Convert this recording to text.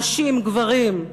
נשים גברים.